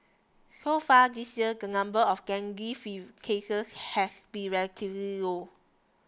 so far this year the number of dengue cases has been relatively low